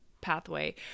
pathway